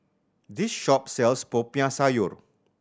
this shop sells Popiah Sayur